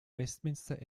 westminster